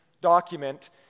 document